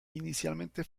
inicialmente